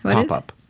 pop-up.